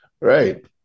Right